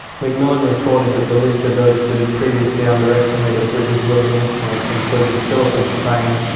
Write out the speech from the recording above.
macmillan retorted that the list of those that had previously underestimated britain's will and influence included philip of spain,